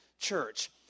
church